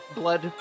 blood